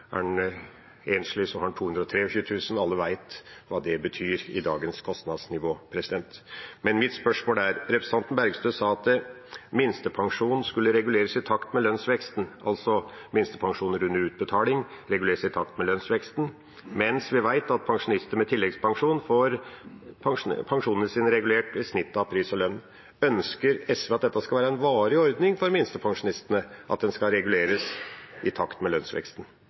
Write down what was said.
Er en enslig, har en 223 000 kr. Alle vet hva det betyr med dagens kostnadsnivå. Mitt spørsmål er: Representanten Bergstø sa at minstepensjonen skulle reguleres i takt med lønnsveksten, altså reguleres minstepensjoner under utbetaling i takt med lønnsveksten, mens vi vet at pensjonister med tilleggspensjon får pensjonene sine regulert i snitt av pris og lønn. Ønsker SV at dette skal være en varig ordning for minstepensjonistene, at den skal reguleres i takt med lønnsveksten?